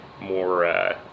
more